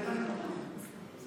שנהרגו או